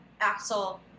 Axel